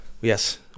Yes